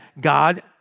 God